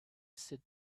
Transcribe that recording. sit